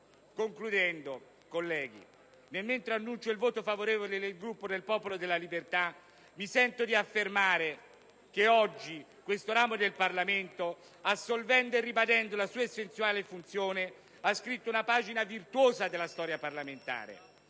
Concludendo, colleghi, nell'annunciare il voto favorevole del Gruppo del Popolo della Libertà, mi sento di affermare che oggi questo ramo del Parlamento, assolvendo e ribadendo la sua essenziale funzione, ha scritto una pagina virtuosa della storia parlamentare,